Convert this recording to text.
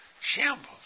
Shambles